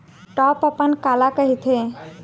Top अपन काला कहिथे?